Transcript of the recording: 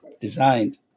designed